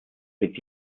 wird